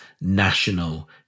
national